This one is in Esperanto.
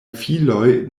filoj